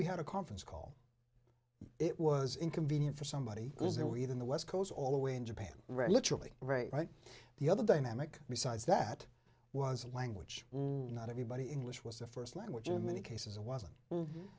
we had a conference call it was inconvenient for somebody who's there were even the west coast all the way in japan right literally right the other dynamic besides that was a language not everybody english was a first language in many cases it wasn't